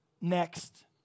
Next